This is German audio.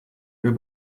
mir